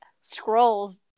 scrolls